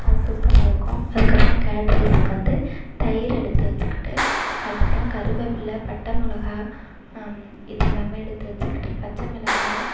சூப்பராக இருக்கும் அதுக்கப்புறம் கேர்ட் ரைஸுக்கு வந்து தயிர் எடுத்து வச்சுக்கிட்டு அதுக்கப்புறம் கருவேப்புல பட்டை மிளகா இது எல்லாம் எடுத்து வச்சுகிட்டு பச்சை மிளகாய்